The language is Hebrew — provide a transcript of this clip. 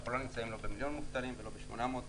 אנחנו לא נמצאים לא במיליון מובטלים ולא ב-800,000,